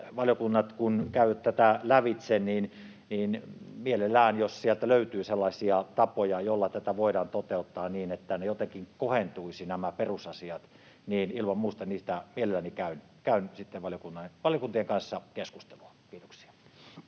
valiokunnat käyvät tätä lävitse, niin ilman muuta, jos sieltä löytyy sellaisia tapoja, joilla tätä voidaan toteuttaa niin, että nämä perusasiat jotenkin kohentuisivat, niistä mielelläni käyn sitten valiokuntien kanssa keskustelua. — Kiitoksia.